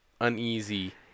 uneasy